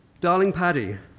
darling paddy,